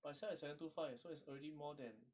but I sell at seven two five so it's already more than